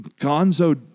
gonzo